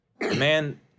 man